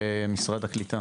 משרד העלייה והקליטה